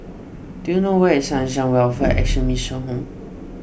do you know where is Sunshine Welfare Action Mission Home